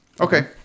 Okay